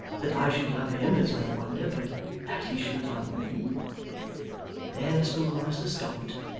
that i should love him is no wonder, but that he should love me there the schoolmaster stopped,